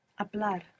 Hablar